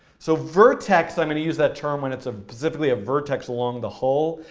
so vertex, i'm going to use that term, when it's ah basically a vertex along the hull.